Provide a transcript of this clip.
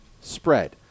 spread